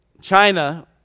China